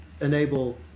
enable